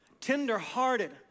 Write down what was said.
tenderhearted